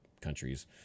countries